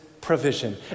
provision